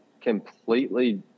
completely